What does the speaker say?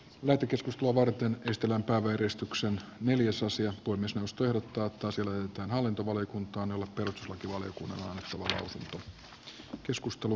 puhemiesneuvosto ehdottaa että asia lähetetään hallintovaliokuntaan jolle perustuslakivaliokunnan on annettava lausunto